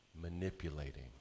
Manipulating